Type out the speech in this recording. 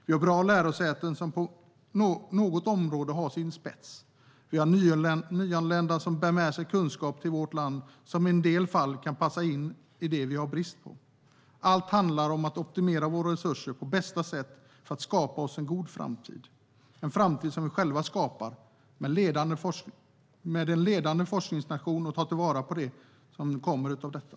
Vi har bra lärosäten som på något område har sin spets. Vi har nyanlända som bär med sig kunskaper till vårt land som i en del fall kan passa in i det vi har brist på. Allt handlar om att optimera våra resurser på bästa sätt för att skapa oss en god framtid - en framtid som vi själva skapar som en ledande forskningsnation och där vi tar till vara det som kommer av detta.